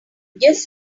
just